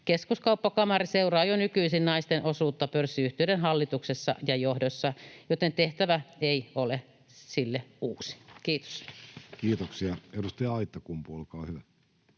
Keskuskauppakamari seuraa jo nykyisin naisten osuutta pörssiyhtiöiden hallituksessa ja johdossa, joten tehtävä ei ole sille uusi. — Kiitos. [Speech 134] Speaker: